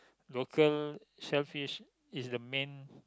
local shellfish is the main